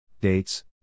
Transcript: dates